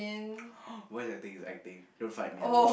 worst acting is acting don't fight me on this